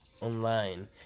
online